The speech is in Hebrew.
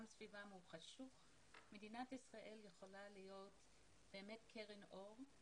סביבם הוא חשוך אבל מדינת ישראל יכולה להיות באמת קרן אור.